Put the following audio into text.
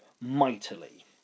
mightily